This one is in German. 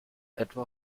etwa